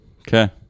Okay